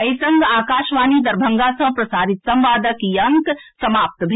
एहि संग आकाशवाणी दरभंगा सँ प्रसारित संवादक ई अंक समाप्त भेल